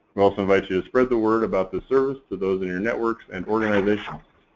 we also invite you to spread the word about the service to those in your networks and organizations.